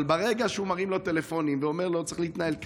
אבל ברגע שהוא מרים אליו טלפונים ואומר לו: צריך להתנהל כך,